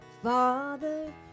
Father